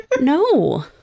no